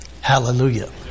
Hallelujah